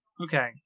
Okay